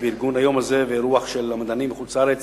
בארגון היום הזה ואירוח המדענים מחוץ-לארץ,